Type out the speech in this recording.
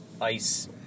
ice